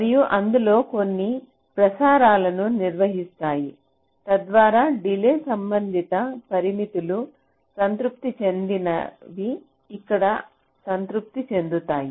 మరియు అందులో కొన్ని ప్రసారాలను నిర్వహిస్తాయి తద్వారా డిలే సంబంధిత పరిమితులు సంతృప్తి చెందనివి ఇక్కడ సంతృప్తి చెందుతాయి